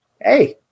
Hey